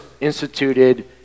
instituted